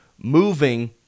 moving